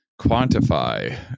quantify